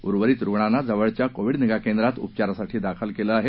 उर्वरित रुग्णांना जवळच्या कोविड निगा केंद्रात उपचारासाठी दाखल करण्यात आल आहे